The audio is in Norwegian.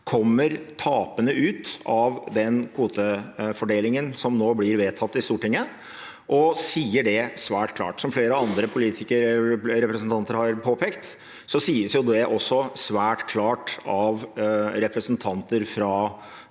kommer tapende ut av den kvotefordelingen som nå blir vedtatt i Stortinget, og de sier det svært klart. Som flere andre representanter har påpekt, sies det også svært klart av representanter fra